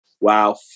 wow